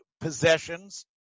possessions